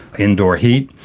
indoor heat,